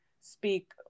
speak